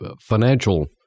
financial